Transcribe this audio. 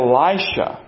Elisha